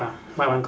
white one correct